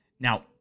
Now